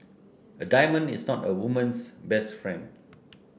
a diamond is not a woman's best friend